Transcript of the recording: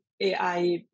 AI